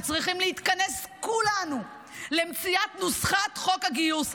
וצריכים להתכנס כולנו למציאת נוסחת חוק הגיוס.